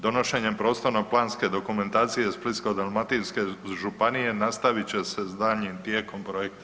Donošenjem prostorno planske dokumentacije Splitsko-dalmatinske županije nastavit će se s daljnjim tijekom projekta.